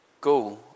go